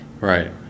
Right